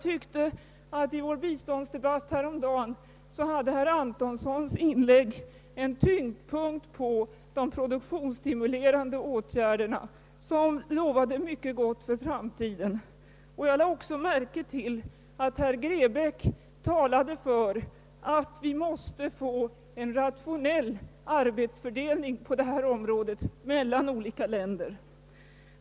Under vår biståndsdebatt häromdagen tyckte jag mig finna att herr Antonsson i sitt inlägg förlade tyngdpunkten till de produktionsstimulerande åtgärderna, som lovade mycket gott för framtiden. Jag lade också märke till att herr Grebäck talade för att vi måste få en rationell arbetsfördelning på detta område mellan olika länder.